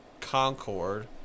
concord